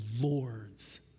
Lord's